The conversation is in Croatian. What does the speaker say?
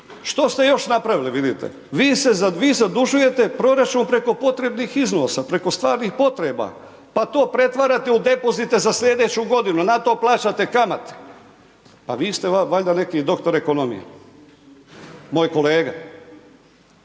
što ste još napravili vidite, vi se, vi zadužujete proračun preko potrebnih iznosa, preko stvarnih potreba, pa to pretvarate u depozite za slijedeću godinu, na to plaćate kamate, pa vi ste valjda neki doktor ekonomije, moj kolega.